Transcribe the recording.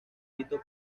fito